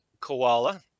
koala